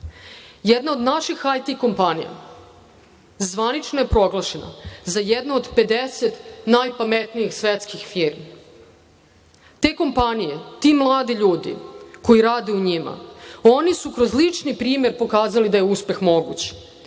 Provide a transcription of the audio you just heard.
jedna od naših IT kompanija zvanično je proglašena za jednu od 50 najpametnijih svetskih firmi. Te kompanije, ti mladi ljudi koji rade u njima su kroz liči primer pokazali da je uspeh moguć.